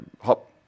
hop